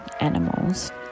animals